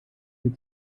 dir